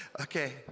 Okay